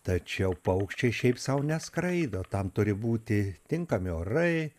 tačiau paukščiai šiaip sau neskraido tam turi būti tinkami orai